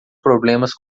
problemas